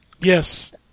Yes